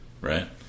right